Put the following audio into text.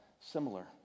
similar